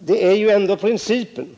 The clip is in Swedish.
Här gäller det principen.